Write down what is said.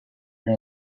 your